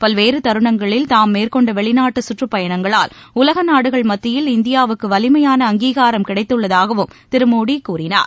பல்வேறு தருணங்களில் தாம் மேற்கொண்ட வெளிநாட்டு சுற்றுப் பயணங்களால் உலக நாடுகள் மத்தியில் இந்தியாவுக்கு வலிமையான அங்கீகாரம் கிடைத்துள்ளதாகவும் திரு மோடி கூறினார்